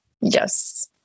Yes